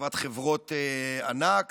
לטובת חברות ענק